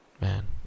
man